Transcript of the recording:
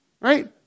Right